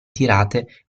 tirate